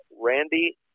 Randy